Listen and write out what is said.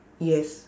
yes